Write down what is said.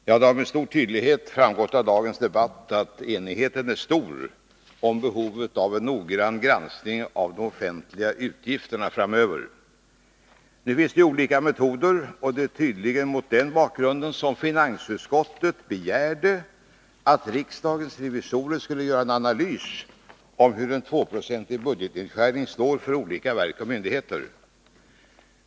Herr talman! Det har med stor tydlighet framgått av dagens debatt att enigheten är stor om behovet av en noggrann granskning av de offentliga utgifterna framöver. Det finns olika metoder, och det var tydligen mot den bakgrunden som finansutskottet begärde att riksdagens revisorer skulle göra en analys av hur en tvåprocentig budgetnedskärning slår för olika verk och myndigheter.